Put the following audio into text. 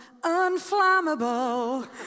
unflammable